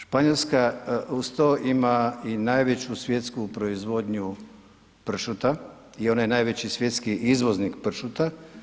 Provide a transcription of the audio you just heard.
Španjolska uz to ima i najveću svjetsku proizvodnju pršuta i ona je najveći svjetski izvoznik pršuta.